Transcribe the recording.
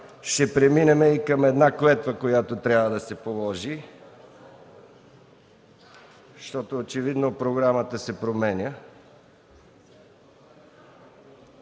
ще преминем към клетва, която трябва да се положи. Очевидно програмата се променя.